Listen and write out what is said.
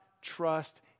trust